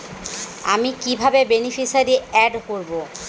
আমি কিভাবে beneficiary add করব?